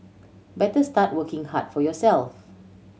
better start working hard for yourself